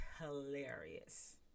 hilarious